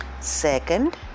Second